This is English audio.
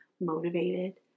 motivated